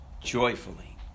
joyfully